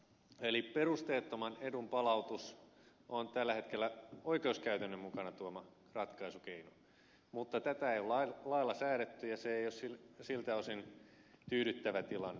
eli perusteettoman edun palautus on tällä hetkellä oikeuskäytännön mukanaan tuoma ratkaisukeino mutta tätä ei ole lailla säädetty ja se ei ole siltä osin tyydyttävä tilanne